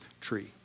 tree